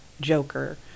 Joker